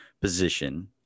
position